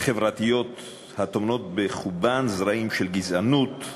חברתיות הטומנות בחובן זרעים של גזענות,